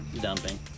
dumping